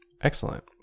Excellent